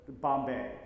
Bombay